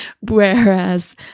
whereas